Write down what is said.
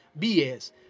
BS